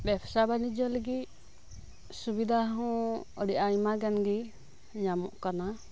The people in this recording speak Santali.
ᱵᱮᱵᱽᱥᱟ ᱵᱟᱹᱱᱤᱡᱽᱡᱚ ᱞᱟᱹᱜᱤᱫ ᱥᱩᱵᱤᱫᱷᱟ ᱦᱚᱸ ᱟᱹᱰᱤ ᱟᱭᱢᱟ ᱜᱟᱱ ᱜᱮ ᱧᱟᱢᱚᱜ ᱠᱟᱱᱟ